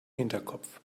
hinterkopf